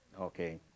Okay